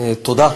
תודה.